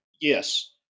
yes